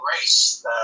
race